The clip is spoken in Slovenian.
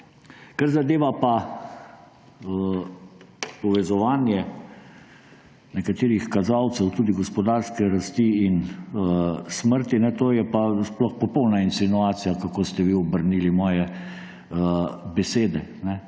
Kar zadeva pa povezovanje nekaterih kazalcev, tudi gospodarske rasti in smrti, to je pa sploh popolna insinuacija, kako ste vi obrnili moje besede.